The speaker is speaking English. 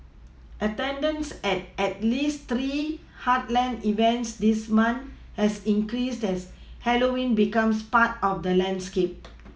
attendance at at least three heartland events this month has increased as Halloween becomes part of the landscape